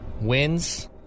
wins